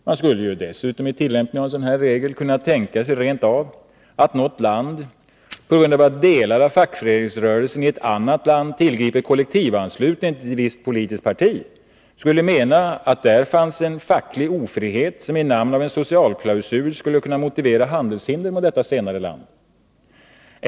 Man skulle dessutom, när det gäller tillämpningen av en sådan här regel, rent av kunna tänka sig att något land, på grund av att delar av fackföreningsrörelsen i ett annat land tillgriper kollektivanslutning till ett visst politiskt parti, kunde mena att det där fanns en facklig ofrihet som i namn av en socialklausul skulle kunna motivera handelshinder mot detta senare land!